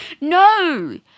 no